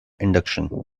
induction